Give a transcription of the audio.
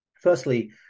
Firstly